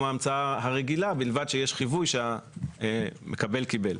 ההמצאה הרגילה ובלבד שיש חיווי שהמקבל קיבל.